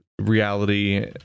reality